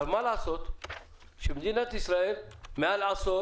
אבל מה לעשות שמדינת ישראל יותר מעשור